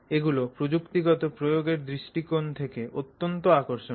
এগুলো প্রযুক্তিগত প্রয়োগের দৃষ্টিকোণ থেকে অত্যন্ত আকর্ষণীয়